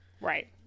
right